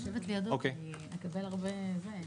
חוק ההסדרים הוא בוודאי לא הפתרון.